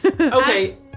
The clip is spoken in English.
Okay